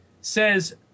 says